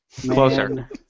Closer